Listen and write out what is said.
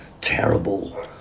terrible